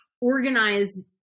organize